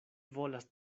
volas